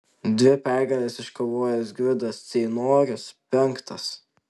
dvi pergales iškovojęs gvidas ceinorius penktas